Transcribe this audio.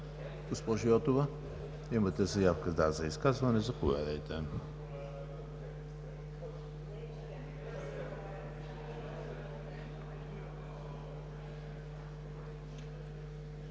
Госпожо Йотова, имате заявка за изказване – заповядайте.